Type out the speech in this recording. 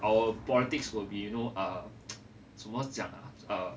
our politics will be you know uh 怎么讲啊 err